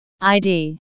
id